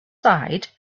side